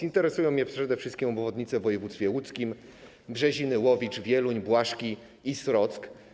Interesują mnie przede wszystkim obwodnice w województwie łódzkim: Brzeziny, Łowicz, Wieluń, Błaszki i Srock.